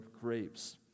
grapes